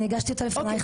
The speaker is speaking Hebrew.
אני הגשתי אותו לפנייך.